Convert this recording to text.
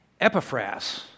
Epiphras